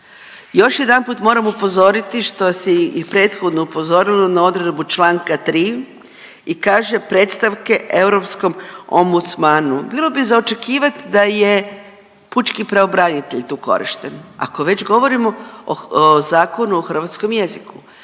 Još jedanput moram upozoriti što se i prethodno upozorilo na odredbu Članka 3. i kaže predstavke europskom ombudsmanu, bilo bi za očekivati da je pučki pravobranitelj tu korišten, ako već govorimo o Zakonu o hrvatskom jeziku.